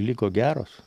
liko geros